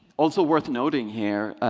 also worth noting here,